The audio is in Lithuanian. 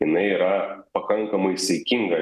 jinai yra pakankamai saikinga